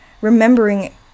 remembering